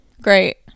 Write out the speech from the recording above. Great